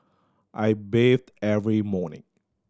I bathe every morning